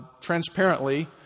transparently